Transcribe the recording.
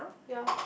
ya